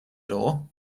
door